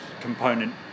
component